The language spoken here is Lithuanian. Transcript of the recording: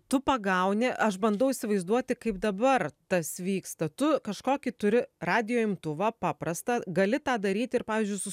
tu pagauni aš bandau įsivaizduoti kaip dabar tas vyksta tu kažkokį turi radijo imtuvą paprastą gali tą daryti ir pavyzdžiui su